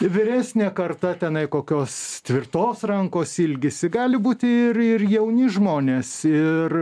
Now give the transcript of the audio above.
vyresnė karta tenai kokios tvirtos rankos ilgisi gali būti ir ir jauni žmonės ir